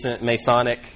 Masonic